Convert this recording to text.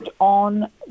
on